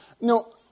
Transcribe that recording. No